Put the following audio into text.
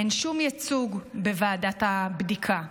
אין שום ייצוג בוועדת הבדיקה,